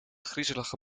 griezelige